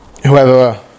whoever